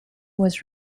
was